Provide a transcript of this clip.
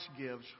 gives